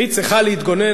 והיא צריכה להתגונן,